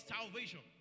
Salvation